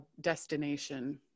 destination